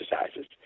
exercises